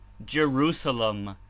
jerusalem,